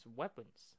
weapons